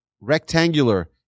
rectangular